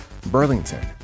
Burlington